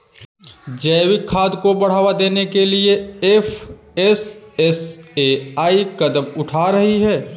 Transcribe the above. जैविक खाद को बढ़ावा देने के लिए एफ.एस.एस.ए.आई कदम उठा रही है